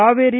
Kaveri